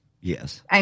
Yes